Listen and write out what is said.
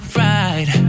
right